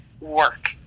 work